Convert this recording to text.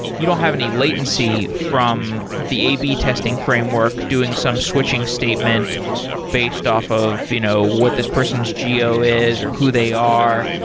you don't have any latency from the a b testing framework doing some switching statement based off of you know what this person's geo is, or who they are.